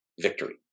victory